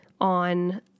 on